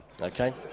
Okay